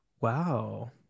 wow